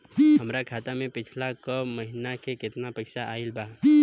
हमरा खाता मे पिछला छह महीना मे केतना पैसा आईल बा?